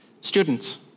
Students